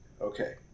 Okay